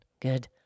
Good